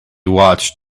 watched